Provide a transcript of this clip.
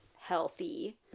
healthy